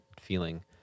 feeling